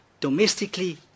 domestically